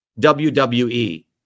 WWE